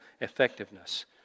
effectiveness